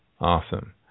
Awesome